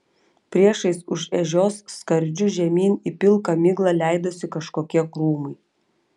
priešais už ežios skardžiu žemyn į pilką miglą leidosi kažkokie krūmai